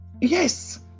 Yes